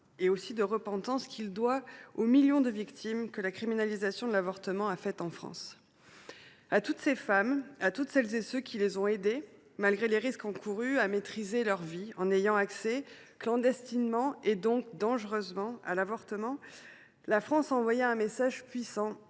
et de repentance dû aux millions de victimes qu’a causées la criminalisation de l’avortement en France. À toutes ces femmes, à toutes celles et à tous ceux qui les ont aidées, malgré les risques encourus, à maîtriser leur vie en ayant accès, clandestinement et donc dangereusement, à l’avortement, la France a envoyé un message puissant,